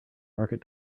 market